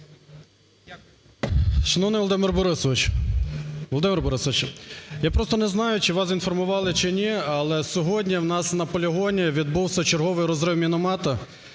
Борисовичу, Володимире Борисовичу, я просто не знаю, чи вас інформували, чи ні, але сьогодні у нас на полігоні відбувся черговий розрив міномету